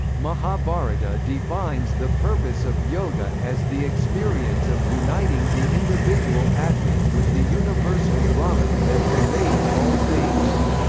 mahabharata defines the purpose of yoga as the experience of uniting the individual atman with the universal brahman that pervades all things.